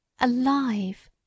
Alive